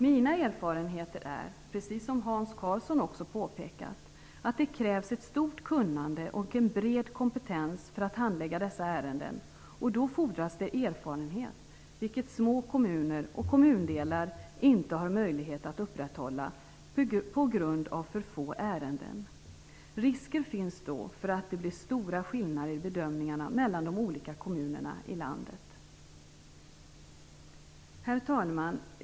Mina erfarenheter är, precis som Hans Karlsson också påpekat, att det krävs ett stort kunnande och en bred kompetens för att handlägga dessa ärenden. Då fordras det erfarenhet, vilket små kommuner och kommundelar inte har möjlighet att upprätthålla på grund av för få ärenden. Risker finns då för att det blir stora skillnader i bedömningarna mellan de olika kommunerna i landet. Herr talman!